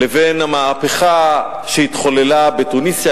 לבין המהפכה שהתחוללה בתוניסיה.